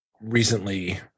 recently